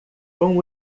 com